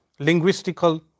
linguistical